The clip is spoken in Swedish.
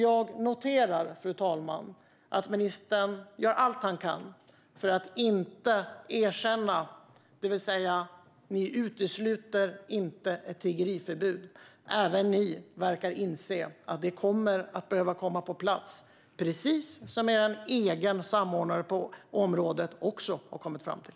Jag noterar, fru talman, att ministern gör allt han kan för att inte erkänna att ni inte utesluter ett tiggeriförbud. Även ni verkar inse att det kommer att behöva komma på plats, precis som er egen samordnare på området har kommit fram till.